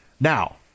Now